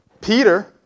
Peter